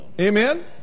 Amen